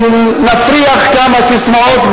נפריח כמה ססמאות.